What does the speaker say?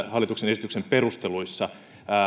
hallituksen esityksen perusteluissa